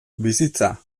bizitza